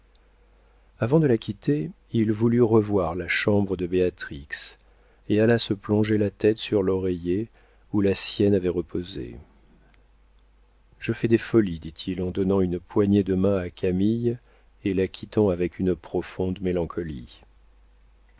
avant de la quitter il voulut revoir la chambre de béatrix et alla se plonger la tête sur l'oreiller où la sienne avait reposé je fais des folies dit-il en donnant une poignée de main à camille et la quittant avec une profonde mélancolie